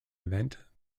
event